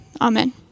Amen